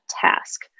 task